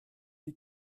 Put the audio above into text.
die